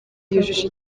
yujuje